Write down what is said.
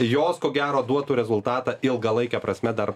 jos ko gero duotų rezultatą ilgalaike prasme dar